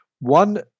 One